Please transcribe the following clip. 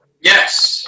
Yes